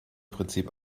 prinzip